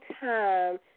time